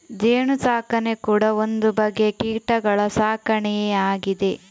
ಜೇನು ಸಾಕಣೆ ಕೂಡಾ ಒಂದು ಬಗೆಯ ಕೀಟಗಳ ಸಾಕಣೆಯೇ ಆಗಿದೆ